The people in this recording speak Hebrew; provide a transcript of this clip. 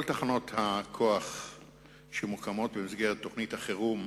כל תחנות הכוח שמוקמות במסגרת תוכנית החירום,